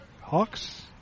Hawks